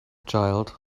child